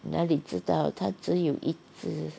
哪里知道他只有一只